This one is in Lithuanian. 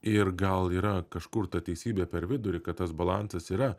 ir gal yra kažkur ta teisybė per vidurį kad tas balansas yra